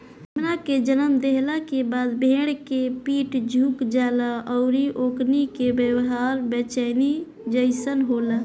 मेमना के जनम देहला के बाद भेड़ के पीठ झुक जाला अउरी ओकनी के व्यवहार बेचैनी जइसन होला